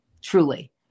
Truly